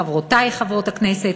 חברותי חברות הכנסת,